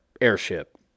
airship